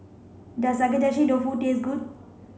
does Agedashi Dofu taste good